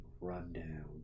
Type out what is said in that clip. Rundown